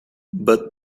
but